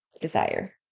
desire